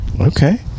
Okay